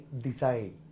design